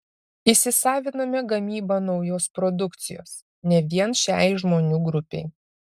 įsisaviname gamybą naujos produkcijos ne vien šiai žmonių grupei